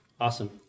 Awesome